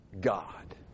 God